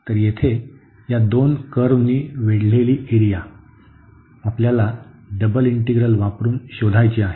तर येथे या दोन कर्व्हनी वेढलेली एरिया आपल्याला डबल इंटीग्रल वापरून शोधायची आहे